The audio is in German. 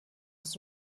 ist